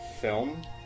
film